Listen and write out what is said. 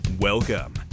Welcome